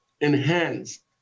enhanced